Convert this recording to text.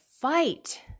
fight